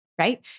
right